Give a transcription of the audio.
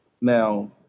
Now